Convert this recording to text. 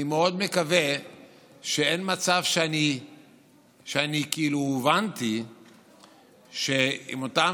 אני מאוד מקווה שאין מצב שאני כאילו הובנתי כך שעם אותם